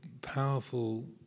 powerful